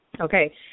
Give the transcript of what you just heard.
Okay